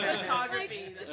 Photography